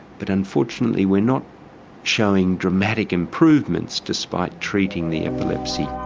but unfortunately we're not showing dramatic improvements despite treating the epilepsy.